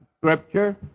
scripture